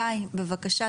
שי, בבקשה.